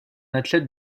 athlète